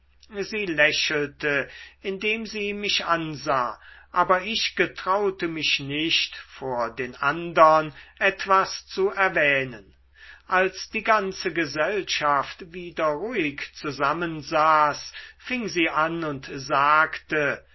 sie lächelte indem sie mich ansah aber ich getraute mich nicht vor den andern etwas zu erwähnen als die ganze gesellschaft wieder ruhig zusammensaß fing sie an und sagte